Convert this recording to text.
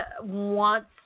wants